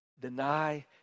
deny